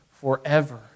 forever